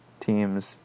teams